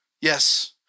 Yes